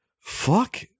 fuck